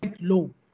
low